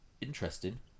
interesting